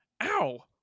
Ow